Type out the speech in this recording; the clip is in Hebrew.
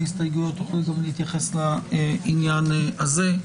התייחסויות תוכלו להתייחס גם לעניין הזה.